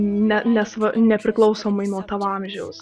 ne nes nepriklausomai nuo tavo amžiaus